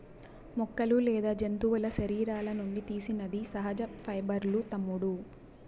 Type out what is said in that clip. మొక్కలు లేదా జంతువుల శరీరాల నుండి తీసినది సహజ పైబర్లూ తమ్ముడూ